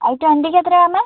I ട്വൻറ്റിക്ക് എത്രയാണ് പറഞ്ഞത്